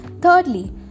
Thirdly